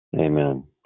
Amen